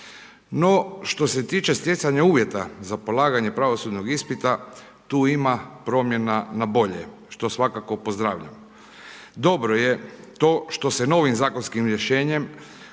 No što se tiče stjecanja uvjeta za polaganje pravosudnog ispita, tu ima promjena na bolje što svakako pozdravljam. Dobro je to što se novim zakonskim rješenjem